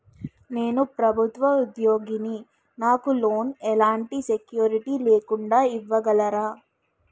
నేను ప్రభుత్వ ఉద్యోగిని, నాకు లోన్ ఎలాంటి సెక్యూరిటీ లేకుండా ఇవ్వగలరా?